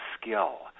skill